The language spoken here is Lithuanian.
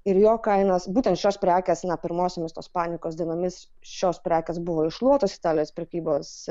ir jo kainos būtent šios prekės na pirmosiomis tos panikos dienomis šios prekės buvo iššluotos italijos prekybos